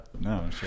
No